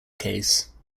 case